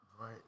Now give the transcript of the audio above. Right